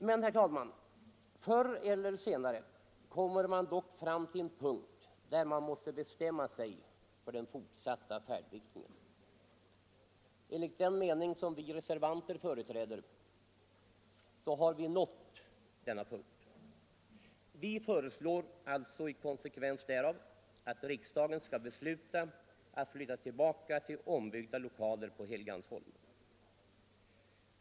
Men, herr talman, förr eller senare kommer man dock fram till en punkt där man måste bestämma sig för den fortsatta färdriktningen. Enligt den mening som vi reservanter företräder har vi nått denna punkt. Vi föreslår i konsekvens därmed att riksdagen skall besluta att flytta tillbaka till ombyggda lokaler på Helgeandsholmen.